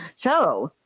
so.